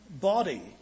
body